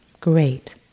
great